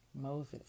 Moses